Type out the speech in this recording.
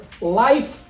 life